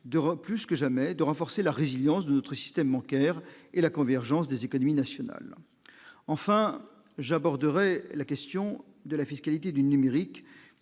plus que jamais de renforcer la résilience de notre système bancaire et la convergence des économies nationales, enfin j'aborderai la question de la fiscalité du numérique